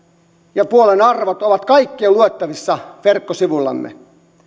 ja puolueen arvot ovat kaikki luettavissa verkkosivuillamme